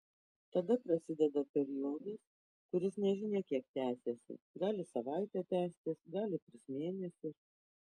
tada prasideda periodas kuris nežinia kiek tęsiasi gali savaitę tęstis gali tris mėnesius